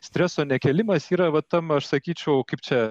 streso nekėlimas yra vat tam aš sakyčiau kaip čia